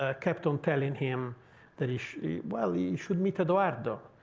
ah kept on telling him that he well, he should meet edoardo.